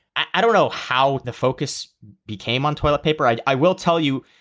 i don't know how the focus became on toilet paper. i i will tell you,